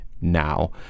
now